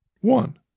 One